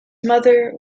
mother